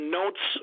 notes